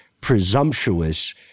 presumptuous